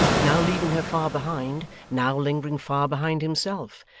now leaving her far behind, now lingering far behind himself,